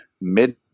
mid